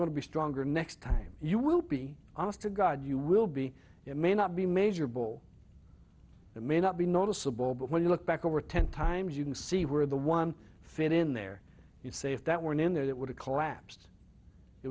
going to be stronger next time you will be honest to god you will be it may not be measurable it may not be noticeable but when you look back over ten times you can see where the one fit in there you say if that were in there that would have collapsed it